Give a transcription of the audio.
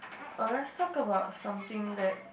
oh let's talk about something that